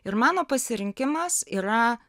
ir mano pasirinkimas yra